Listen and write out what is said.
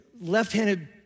left-handed